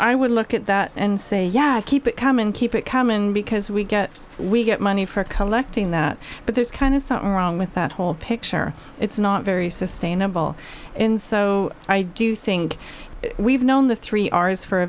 i would look at that and say yeah keep it common keep it common because we get we get money for a collective that but there's kind of something wrong with that whole picture it's not very sustainable and so i do think we've known the three r s for a